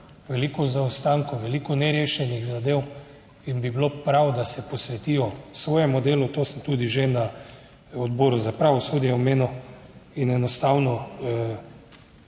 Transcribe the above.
veliko zaostankov, veliko nerešenih zadev in bi bilo prav, da se posvetijo svojemu delu. To sem tudi že na Odboru za pravosodje omenil in enostavno,